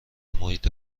محیط